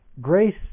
Grace